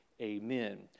Amen